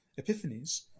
epiphanies